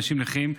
אנשים נכים,